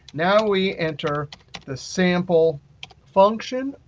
now we enter the sample function,